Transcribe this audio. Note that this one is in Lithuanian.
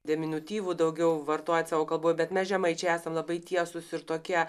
deminutyvų daugiau vartojat savo kalboj bet mes žemaičiai esam labai tiesūs ir tokie